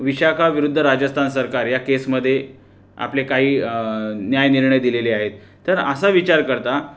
विशाखा विरुद्ध राजस्तान सरकार या केसमध्ये आपले काही न्याय निर्णय दिलेले आहेत तर असा विचार करता